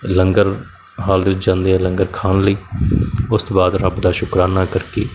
ਲੰਗਰ hall ਦੇ ਜਾਂਦੇ ਆ ਲੰਗਰ ਖਾਣ ਲਈ ਉਸ ਤੋਂ ਬਾਅਦ ਰੱਬ ਦਾ ਸ਼ੁਕਰਾਨਾ ਕਰਕੇ